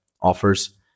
offers